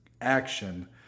action